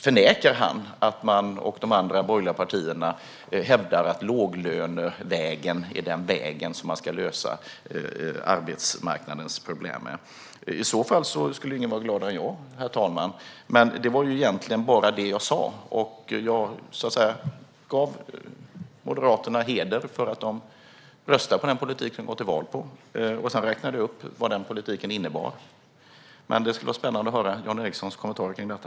Förnekar han att Moderaterna och de andra borgerliga partierna hävdar att låglönevägen är den väg som ska lösa arbetsmarknadens problem? I så fall skulle ingen vara gladare än jag, herr talman. Det var egentligen bara detta jag sa. Jag gav Moderaterna heder för att de röstar på den politik som de gick till val på. Sedan räknade jag upp vad denna politik innebär. Det skulle vara spännande att höra Jan Ericsons kommentarer om detta.